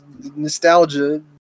nostalgia